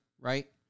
right